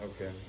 Okay